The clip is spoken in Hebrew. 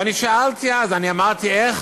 ואני שאלתי אז, אני אמרתי, איך